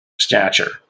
stature